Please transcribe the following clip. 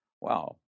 Wow